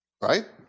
Right